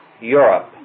Europe